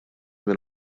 minn